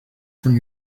from